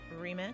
remix